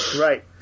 right